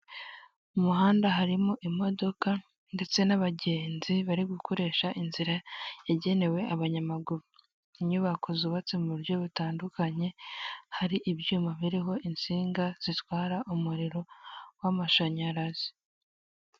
Umuhanda harimo imodoka ndetse n'abagenzi bari gukoresha inzira yagenewe abanyamaguru. Inyubako zubatse mu buryo butandukanye, hari ibyuma biriho insinga zitwara umuriro w'amashanyarazi.